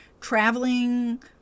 traveling